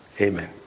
Amen